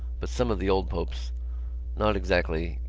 but some of the old popes not exactly.